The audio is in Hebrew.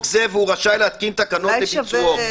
זה והוא רשאי להתקין תקנות לביצועו.